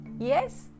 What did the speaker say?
Yes